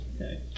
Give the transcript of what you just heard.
Okay